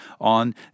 on